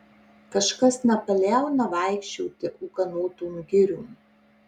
kažkas nepaliauna vaikščioti ūkanotom giriom